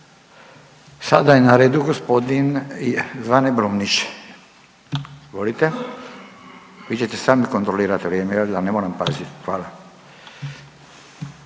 Sada je na redu gospodin Zvane Brumnić. Izvolite. Vi ćete sami kontrolirat vrijeme jel da, ne moram pazit? Hvala.